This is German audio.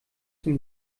zum